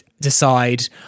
decide